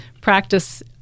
practice